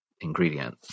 ingredient